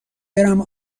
برم